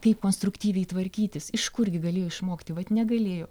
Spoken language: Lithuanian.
kaip konstruktyviai tvarkytis iš kurgi galėjo išmokti vat negalėjo